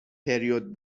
پریود